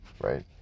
right